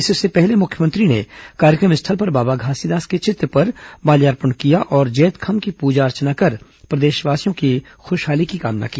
इससे पहले मुख्यमंत्री ने कार्यक्रम स्थल पर बाबा घासीदास के चित्र पर मार्ल्यापण किया और जैतखाम की पूजा अर्चना कर प्रदेशवासियों की खुशहाली की कामना की